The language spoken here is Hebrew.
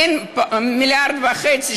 אין 1.5 מיליארד,